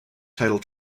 title